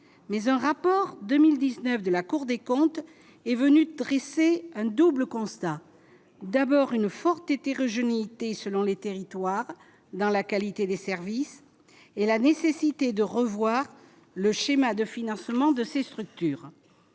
mais un rapport 2019 de la Cour des comptes est venu dresser un double constat : d'abord une forte hétérogénéité selon les territoires dans la qualité des services et la nécessité de revoir le schéma de financement de ces structures,